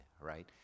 right